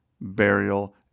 burial